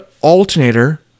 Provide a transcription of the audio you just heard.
alternator